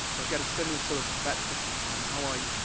they'll get a similar sort of effect cause um how i,